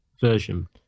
version